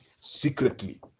secretly